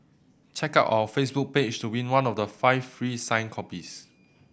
check out our Facebook page to win one of the five free signed copies